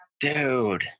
Dude